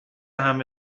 همه